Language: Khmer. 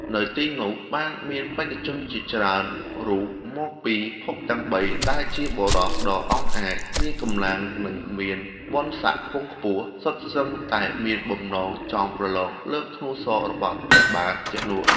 នៅទីនោះ បានមានបេក្ខជនជាច្រើនរូបមកពីភពទាំងបី ដែលជាបុរសដ៏អង់អាច មានកម្លាំង និងមានបុណ្យស័ក្កិខ្ពង់ខ្ពស់ សុទ្ធសឹងតែមានបំណងចង់ប្រឡងលើកធ្នូសររបស់ព្រះបាទជនក។